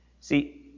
See